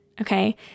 okay